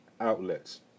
outlets